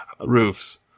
roofs